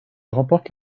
remporte